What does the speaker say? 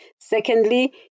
Secondly